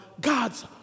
God's